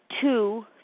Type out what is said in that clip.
two